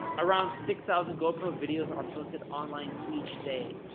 around six thousand gopro videos are posted online each day,